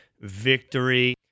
victory